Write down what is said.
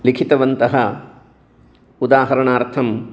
लिखितवन्तः उदाहरणार्थम्